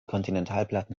kontinentalplatten